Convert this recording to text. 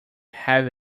have